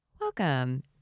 welcome